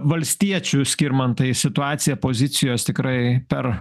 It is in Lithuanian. valstiečių skirmantai situacija pozicijos tikrai per